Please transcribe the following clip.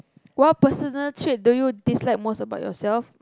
what personal trait do you dislike most about yourself